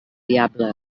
viable